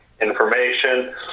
information